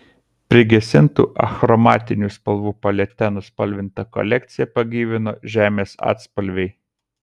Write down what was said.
prigesintų achromatinių spalvų palete nuspalvintą kolekciją pagyvino žemės atspalviai